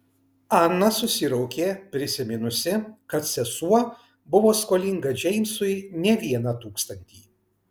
ana susiraukė prisiminusi kad sesuo buvo skolinga džeimsui ne vieną tūkstantį